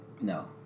No